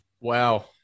Wow